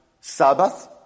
Sabbath